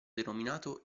denominato